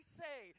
say